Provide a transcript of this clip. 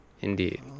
Indeed